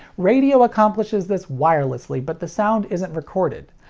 radio accomplishes this wirelessly, but the sound isn't recorded.